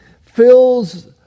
fills